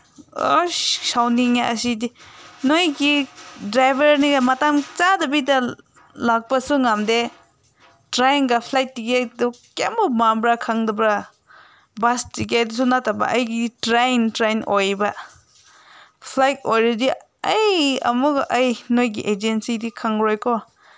ꯑꯁ ꯁꯥꯎꯅꯤꯡꯉꯦ ꯑꯁꯤꯗꯤ ꯅꯣꯏꯒꯤ ꯗ꯭ꯔꯥꯏꯚꯔꯅꯦꯅ ꯃꯇꯝ ꯆꯥꯗꯕꯤꯗ ꯂꯥꯛꯄꯁꯨ ꯉꯝꯗꯦ ꯇ꯭ꯔꯦꯟꯒ ꯐ꯭ꯂꯥꯏꯠ ꯇꯤꯀꯦꯠꯇꯨ ꯀꯩꯝꯐꯥꯎ ꯃꯥꯡꯕ꯭ꯔꯥ ꯈꯪꯗꯕ꯭ꯔꯥ ꯕꯁ ꯇꯤꯀꯦꯠꯁꯨ ꯅꯠꯇꯕ ꯑꯩꯒꯤ ꯇ꯭ꯔꯦꯟ ꯇ꯭ꯔꯦꯟ ꯑꯣꯏꯕ ꯐ꯭ꯂꯥꯏꯠ ꯑꯣꯏꯔꯗꯤ ꯑꯩ ꯑꯃꯨꯛ ꯑꯩ ꯅꯣꯏꯒꯤ ꯑꯦꯖꯦꯟꯁꯤꯗꯤ ꯈꯪꯉꯔꯣꯏꯀꯣ